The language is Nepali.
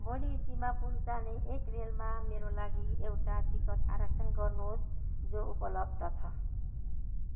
भोलि दिमापुर जाने एक रेलमा मेरो लागि एउटा टिकट आरक्षण गर्नुहोस् जो उपलब्ध छ